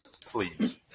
Please